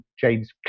James